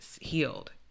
healed